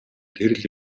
тэр